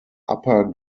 upper